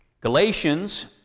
Galatians